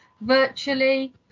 virtually